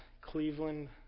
Cleveland